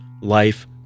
life